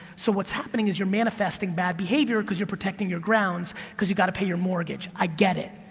so, what's happening is you're manifesting bad behavior because you're protecting your grounds, cause you got to pay your mortgage, i get it.